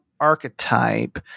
archetype